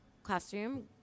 classroom